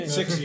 Six